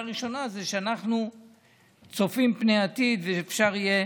ראשונה זה שאנחנו צופים פני עתיד ואפשר יהיה